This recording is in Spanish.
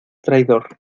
traidor